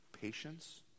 Patience